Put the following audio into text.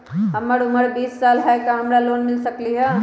हमर उमर बीस साल हाय का हमरा लोन मिल सकली ह?